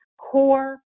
core